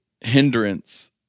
hindrance